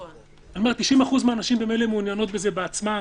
90% מהנשים ממילא מעוניינות בזה בעצמן,